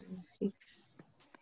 six